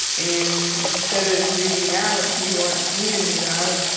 and instead of moving out, he wants me to move out.